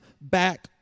back